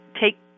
take